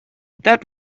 that